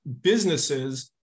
businesses